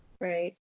right